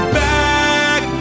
back